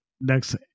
Next